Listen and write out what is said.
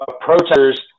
protesters